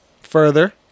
Further